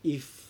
if